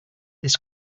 this